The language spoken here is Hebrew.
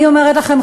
אני אומרת לכם,